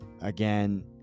Again